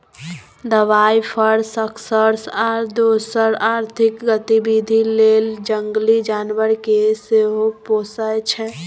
दबाइ, फर, सर्कस आ दोसर आर्थिक गतिबिधि लेल जंगली जानबर केँ सेहो पोसय छै